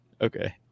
Okay